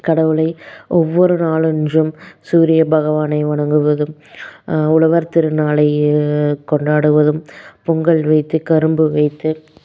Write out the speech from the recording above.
கடவுளை ஒவ்வொரு நாளென்றும் சூரிய பகவானை வணங்குவதும் உழவர் திருநாளை கொண்டாடுவதும் பொங்கல் வைத்து கரும்பு வைத்து